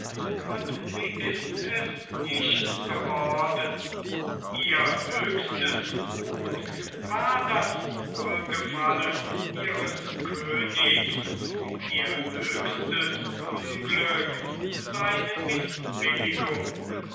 und sie ist es nicht geworden ihr höchstes gut war das wohlgefallen ihres königs ihr höchstes unglück seine